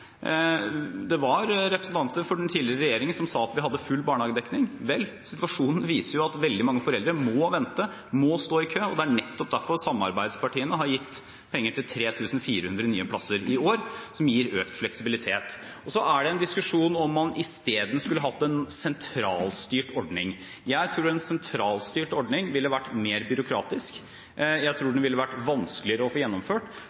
Det var representanter for den tidligere regjeringen som sa at vi hadde full barnehagedekning. Vel, situasjonen viser jo at veldig mange foreldre må vente, må stå i kø, og det er nettopp derfor samarbeidspartiene har gitt penger til 3 400 nye plasser i år, som gir økt fleksibilitet. Så er det en diskusjon om man i stedet skulle hatt en sentralstyrt ordning. Jeg tror en sentralstyrt ordning ville vært mer byråkratisk. Jeg tror den ville vært vanskeligere å få gjennomført.